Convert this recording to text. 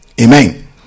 Amen